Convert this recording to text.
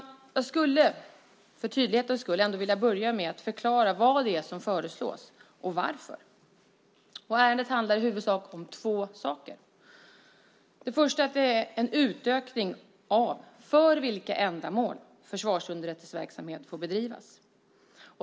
Jag skulle för tydlighetens skull vilja börja med att förklara vad som föreslås och varför. Ärendet handlar i huvudsak om två saker. Det första är en utökning av för vilka ändamål försvarsunderrättelseverksamhet får bedrivas.